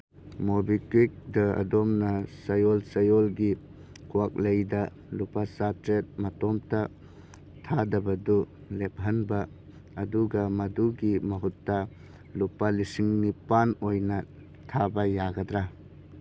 ꯃꯣꯕꯤꯀ꯭ꯋꯤꯛꯇ ꯑꯗꯣꯝꯅ ꯆꯌꯣꯜ ꯆꯌꯣꯜꯒꯤ ꯀ꯭ꯋꯥꯛꯂꯩꯗ ꯂꯨꯄꯥ ꯆꯥꯇꯔꯦꯠ ꯃꯇꯣꯝꯇ ꯊꯥꯗꯕꯗꯨ ꯂꯦꯞꯍꯟꯕ ꯑꯗꯨꯒ ꯃꯗꯨꯒꯤ ꯃꯍꯨꯠꯇ ꯂꯨꯄꯥ ꯂꯤꯁꯤꯡ ꯅꯤꯄꯥꯜ ꯑꯣꯏꯅ ꯊꯥꯕ ꯌꯥꯒꯗ꯭ꯔꯥ